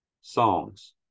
songs